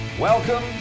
welcome